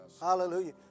hallelujah